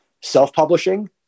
self-publishing